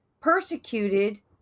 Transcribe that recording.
persecuted